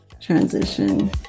transition